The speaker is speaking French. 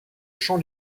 chant